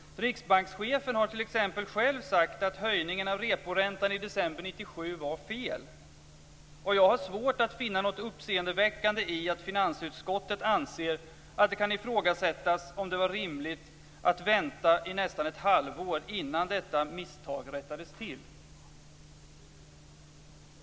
Riksbankschefen har t.ex. själv sagt att höjningen av reporäntan i december 1997 var fel. Jag har svårt att finna något uppseendeväckande i att finansutskottet anser att det kan ifrågasättas om det var rimligt att vänta i nästan ett halvår innan detta misstag rättades till.